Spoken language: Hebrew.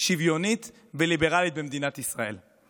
שוויונית וליברלית במדינת ישראל.